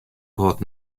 hâld